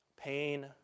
pain